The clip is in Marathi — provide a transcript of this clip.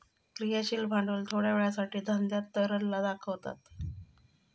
क्रियाशील भांडवल थोड्या वेळासाठी धंद्यात तरलता दाखवता